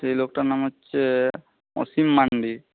সেই লোকটার নাম হচ্ছে অসীম মান্ডি